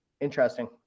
Interesting